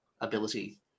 ability